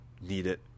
needed